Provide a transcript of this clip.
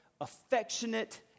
affectionate